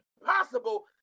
impossible